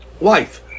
wife